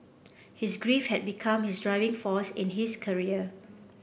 his grief had become his driving force in his career